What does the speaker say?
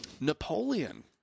Napoleon